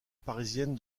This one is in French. parisienne